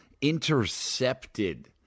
Intercepted